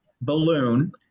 balloon